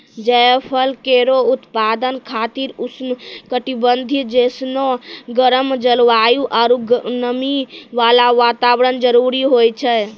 जायफल केरो उत्पादन खातिर उष्ण कटिबंधीय जैसनो गरम जलवायु आरु नमी वाला वातावरण जरूरी होय छै